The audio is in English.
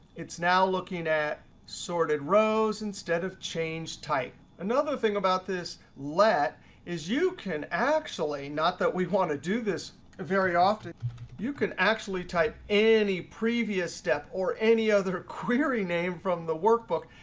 it's now looking at sorted rows instead of change type. another thing about this let is you can actually not that we want to do this very often you can actually type any previous step or any other query name from the workbook.